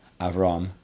Avram